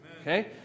Okay